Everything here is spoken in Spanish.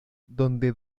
donde